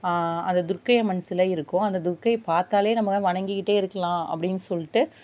அது துர்க்கை அம்மன் சிலை இருக்கும் அந்த துர்க்கையை பார்த்தாலே நம்மலாம் வணங்கிக்கிட்டே இருக்கலாம் அப்படின் சொல்லிட்டு